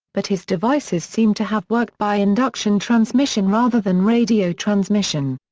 but his devices seemed to have worked by induction transmission rather than radio transmission.